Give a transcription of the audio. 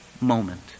Moment